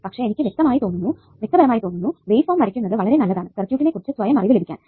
പക്ഷെ എനിക്ക് വ്യക്തിപരമായി തോന്നുന്നു വേവ്ഫോം വരക്കുന്നത് വളരെ നല്ലതാണ് സർക്യൂട്ടിനെ കുറിച്ച് സ്വയമറിവ് കിട്ടാൻ